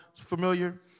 familiar